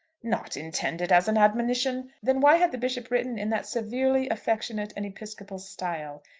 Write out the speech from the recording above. not intended as an admonition! then why had the bishop written in that severely affectionate and episcopal style?